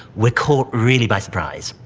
we're caught really by surprise.